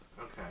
Okay